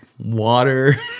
water